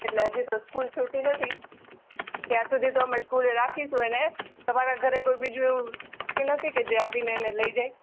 એટલે હજુ તો સ્કૂલ છૂટી નથી ત્યાં સુધી તો અમે સ્કૂલે રાખીશું અમે એને તમારા ઘરે બીજું કોઈ એવું વ્યક્તિ નથી કે જે આવીને એને લઈ જાય